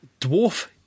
Dwarf